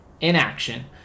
inaction